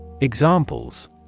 Examples